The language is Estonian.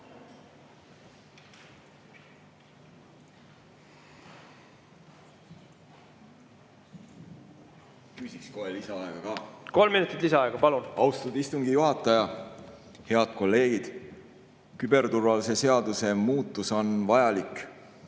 Küsiksin kohe lisaaega. Kolm minutit lisaaega. Palun! Austatud istungi juhataja! Head kolleegid! Küberturvalisuse seaduse muudatus on vajalik,